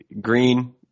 green